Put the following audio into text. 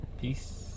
Peace